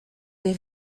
des